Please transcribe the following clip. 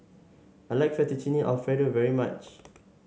I like Fettuccine Alfredo very much